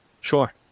Sure